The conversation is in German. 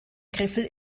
griffel